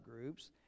groups